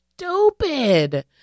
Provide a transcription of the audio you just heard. stupid